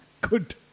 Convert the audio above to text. Good